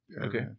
Okay